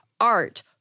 art